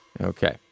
Okay